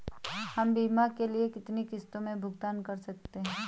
हम बीमा के लिए कितनी किश्तों में भुगतान कर सकते हैं?